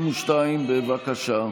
52, בבקשה,